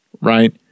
right